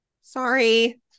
sorry